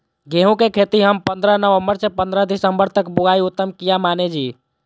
गेहूं के खेती हम पंद्रह नवम्बर से पंद्रह दिसम्बर तक बुआई उत्तम किया माने जी?